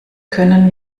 können